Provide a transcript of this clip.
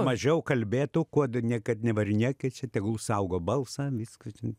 mažiau kalbėtų kuod niekad nevarinėkit čia tegul saugo balsą viską čia